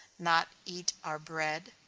not eat our bread,